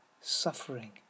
suffering